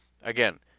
Again